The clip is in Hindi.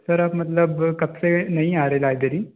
फिर आप मतलब कबसे नहीं आ रहे लाइब्रेरी